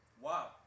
Wow